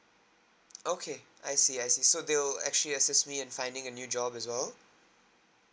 okay I see I see so they will actually assist me in finding a new job as well